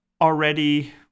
already